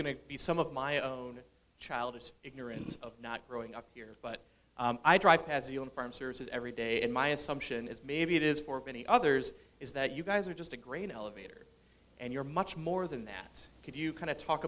to be some of my own childish ignorance of not growing up here but i drive it every day and my assumption is maybe it is for many others is that you guys are just a grain elevator and you're much more than that could you kind of talk